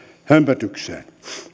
hömpötykseen